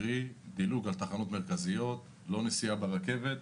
קרי, דילוג על תחנות מרכזיות, לא נסיעה ברכבת.